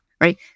Right